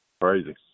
Crazy